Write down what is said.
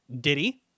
Diddy